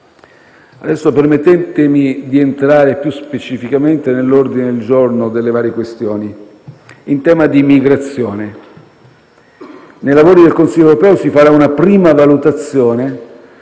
Adesso permettetemi di entrare più specificamente nell'ordine del giorno delle varie questioni. In tema di immigrazione, nei lavori del Consiglio europeo si farà una prima valutazione